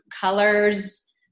colors